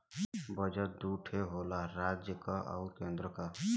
budget दू ठे होला राज्य क आउर केन्द्र क